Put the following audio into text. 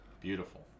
Beautiful